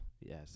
Yes